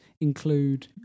include